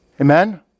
Amen